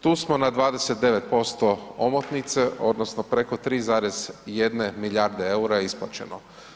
Tu smo na 29% omotnice odnosno preko 3,1 milijarde eura isplaćeno.